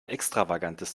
extravagantes